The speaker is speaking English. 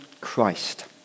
Christ